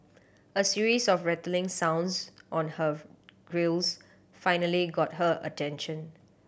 a series of rattling sounds on her grilles finally got her attention